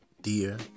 dear